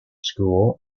school